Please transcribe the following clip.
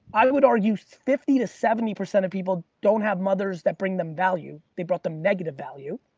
i would argue fifty to seventy percent of people don't have mothers that bring them value. they brought them negative value.